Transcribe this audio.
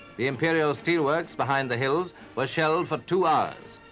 the imperial steelworks behind the hills were shelled for two hours.